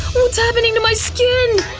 what's happening to my skin!